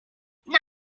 die